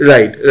Right